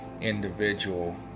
individual